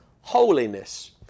holiness